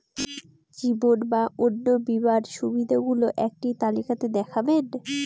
জীবন বা অন্ন বীমার সুবিধে গুলো একটি তালিকা তে দেখাবেন?